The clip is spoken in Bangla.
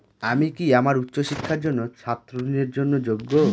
আমি কি আমার উচ্চ শিক্ষার জন্য ছাত্র ঋণের জন্য যোগ্য?